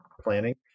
planning